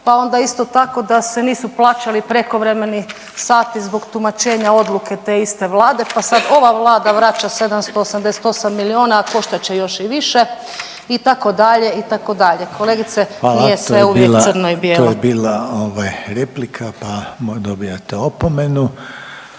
pa onda isto tako da se nisu plaćali prekovremeni sati zbog tumačenja odluke te iste Vlade, pa sad ova Vlada vraća 788 milijuna, a koštat će još i više itd., itd., kolegice nije sve uvijek crno i bijelo. **Reiner, Željko (HDZ)** Hvala. To